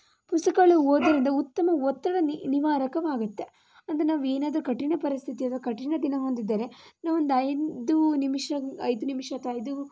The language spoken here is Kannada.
ಪುಸ್ತಕಗಳು ಓದೋದರಿಂದ ಉತ್ತಮ ಒತ್ತಡ ನಿವ್ ನಿವಾರಕವಾಗುತ್ತೆ ಅಂದರೆ ನಾವು ಏನಾದರೂ ಕಠಿಣ ಪರಿಸ್ಥಿತಿ ಅಥವಾ ಕಠಿಣ ದಿನವೊಂದು ಇದ್ದರೆ ನಾವು ಒಂದು ಐದು ನಿಮಿಷ ಐದು ನಿಮಿಷ ಅಥವಾ ಐದು